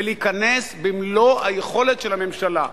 ולהיכנס במלוא היכולת של הממשלה,